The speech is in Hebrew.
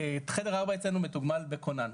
חדר ארבע אצלינו מתוגמל בכונן,